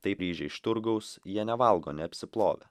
taip iš turgaus jie nevalgo neapsiplovę